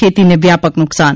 ખેતીને વ્યાપક નુકસાન